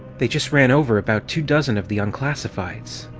they just ran over about two dozen of the unclassifieds!